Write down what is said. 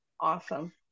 Awesome